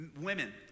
Women